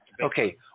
Okay